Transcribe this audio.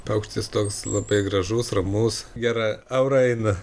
paukštis toks labai gražus ramus gera aura eina